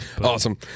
awesome